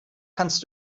kannst